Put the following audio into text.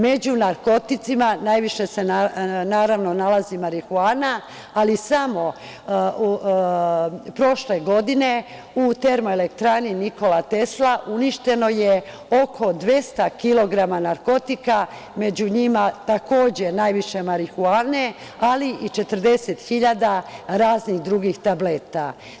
Među narkoticima najviše se nalazi marihuana, ali samo prošle godine u Termoelektrani „Nikola Tesla“ uništeno je 200 kg narkotika, među njima takođe najviše marihuane, ali i 40.000 raznih drugih tableta.